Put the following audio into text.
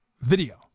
video